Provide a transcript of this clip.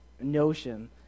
notion